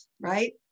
right